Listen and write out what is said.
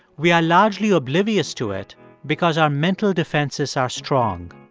we are largely oblivious to it because our mental defenses are strong.